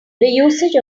usage